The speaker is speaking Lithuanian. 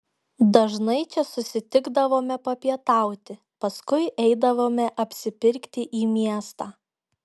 dažnai čia susitikdavome papietauti paskui eidavome apsipirkti į miestą